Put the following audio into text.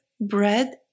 bread